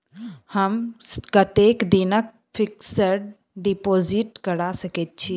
हम कतेक दिनक फिक्स्ड डिपोजिट करा सकैत छी?